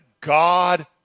God